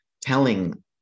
telling